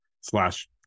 slash